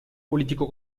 político